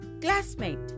classmate